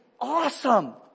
awesome